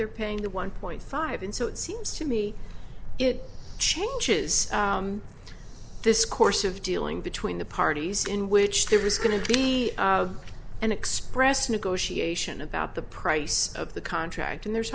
they're paying the one point five and so it seems to me it changes this course of dealing between the parties in which there is going to be an expressed negotiation about the price of the contract and there's